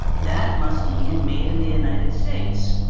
that must mean made in the united states,